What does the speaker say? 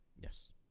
Yes